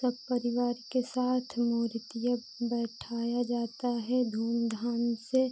सब परिवार के साथ मूर्तिया बैठाया जाता है धूमधाम से